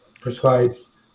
prescribes